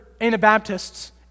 Anabaptists